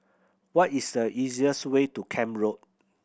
what is the easiest way to Camp Road